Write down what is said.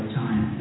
time